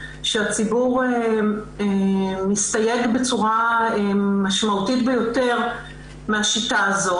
שהציבור מסתייג בצורה משמעותית ביותר מהשיטה הזאת.